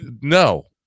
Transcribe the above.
No